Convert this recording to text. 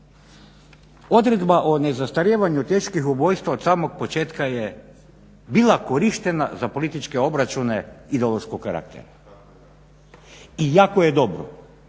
odredba o nezastarijevanju teških ubojstava od samog početka je bila korištena za političke obračune ideološkog karaktera i jako je dobro